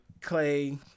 Clay